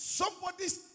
somebody's